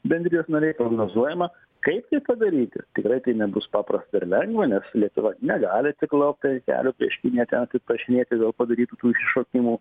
bendrijos narė prognozuojama kaip tai padaryti tikrai tai nebus paprasta ir lengva nes lietuva negali atsiklaupti ant kelių prieš kiniją ten atsiprašinėti dėl padarytų tų išsišokimų